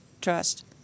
trust